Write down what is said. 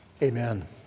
Amen